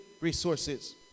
resources